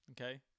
okay